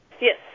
Yes